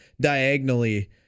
diagonally